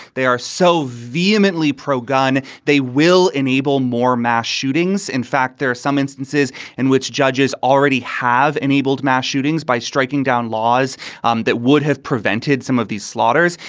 they are so vehemently pro-gun they will enable more mass shootings. in fact, there are some instances in which judges already have enabled mass shootings by striking down laws um that would have prevented some of these slaughters.